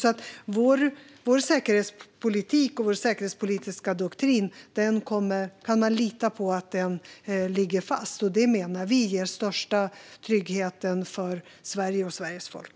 Man kan lita på att vår säkerhetspolitik och vår säkerhetspolitiska doktrin ligger fast. Det menar vi ger störst trygghet för Sverige och Sveriges folk.